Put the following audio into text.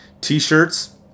t-shirts